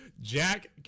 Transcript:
jack